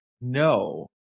No